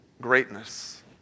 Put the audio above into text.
greatness